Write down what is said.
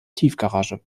tiefgarage